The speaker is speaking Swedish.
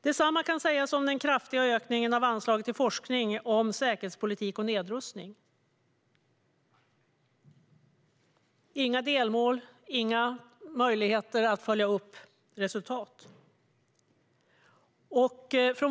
Detsamma kan sägas om den kraftiga ökningen av anslaget till forskning om säkerhetspolitik och nedrustning. Här finns inte heller några delmål eller möjligheter att följa upp resultat.